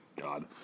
God